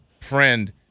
friend